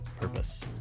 purpose